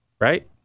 right